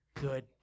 good